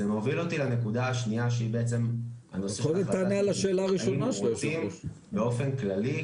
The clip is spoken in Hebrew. זה מוביל אותי לנקודה השנייה שהיא בעצם -- רוצים באופן כללי,